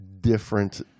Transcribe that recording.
different